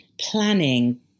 planning